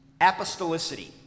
Apostolicity